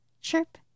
Chirp